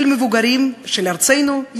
של המבוגרים של ארצנו,